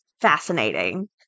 Fascinating